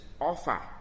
offer